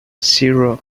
zero